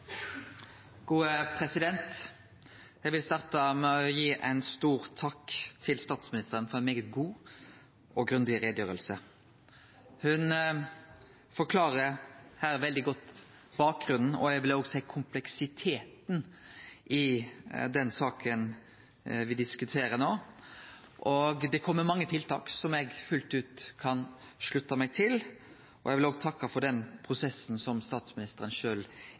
Eg vil starte med å gi ein stor takk til statsministeren for ei særs god og grundig utgreiing. Ho forklarer veldig godt bakgrunnen – eg vil òg seie kompleksiteten – i den saka me no diskuterer. Det kjem mange tiltak som eg fullt ut kan slutte meg til. Eg vil òg takke for den prosessen som statsministeren